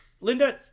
Linda